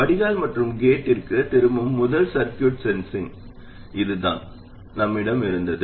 வடிகால் மற்றும் கேட்டிற்கு திரும்பும் முதல் சர்க்யூட் சென்சிங் இதுதான் நம்மிடம் இருந்தது